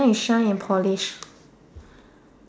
boot shine and polish